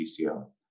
PCR